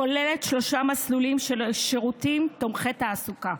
כוללת שלושה מסלולים של שירותים תומכי תעסוקה: